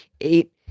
eight